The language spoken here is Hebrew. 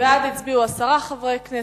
בעד הצביעו עשרה חברי כנסת,